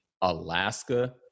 Alaska